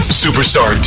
superstar